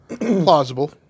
Plausible